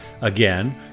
Again